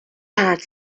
had